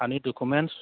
हानि ड'कुमेन्ट्स